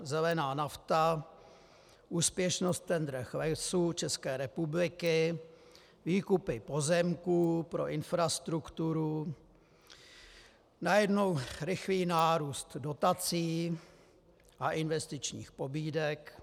Zelená nafta, úspěšnost v tendrech Lesů České republiky, výkupy pozemků pro infrastrukturu, najednou rychlý nárůst dotací a investičních pobídek.